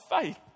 faith